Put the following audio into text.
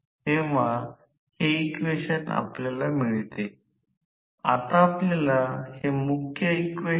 तर त्याचप्रकारे येथे आधीच आम्ही त्यांच्या तरंग रूपचा नमुना पाहत होतो परंतु डोळे हे कसे आहे ते पाहू शकत नाही